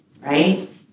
right